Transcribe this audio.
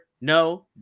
No